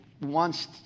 wants